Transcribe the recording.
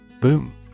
Boom